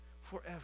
forever